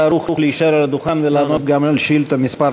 אתה ערוך להישאר על הדוכן ולענות גם על שאילתה מס'